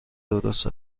درست